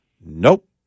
Nope